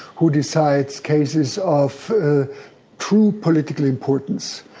who decides cases of true political importance.